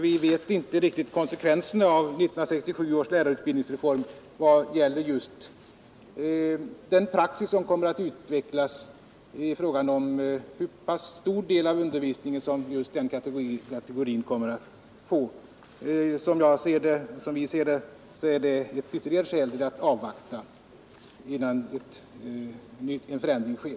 Vi känner inte riktigt till konsekvenserna av 1967 års lärarutbildningsreform i vad gäller den praxis som kommer att utvecklas: hur pass stor del av undervisningen som just den kategorin kommer att få. Som vi ser det är det ett ytterligare skäl till att avvakta innan en förändring sker.